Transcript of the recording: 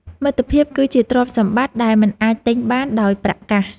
មិត្តភាពគឺជាទ្រព្យសម្បត្តិដែលមិនអាចទិញបានដោយប្រាក់កាស។